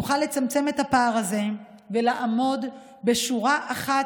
נוכל לצמצם את הפער הזה ולעמוד בשורה אחת